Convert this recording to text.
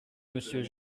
monsieur